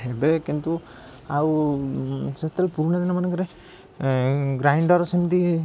ଏବେ କିନ୍ତୁ ଆଉ ସେଥିରେ ପୁରୁଣା ଦିନମାନଙ୍କରେ ଏଁ ଗ୍ରାଇଣ୍ଡର୍ ସେମିତି